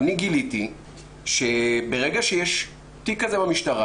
אני גיליתי שברגע שיש תיק כזה במשטרה,